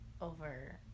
over